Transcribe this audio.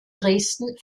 dresden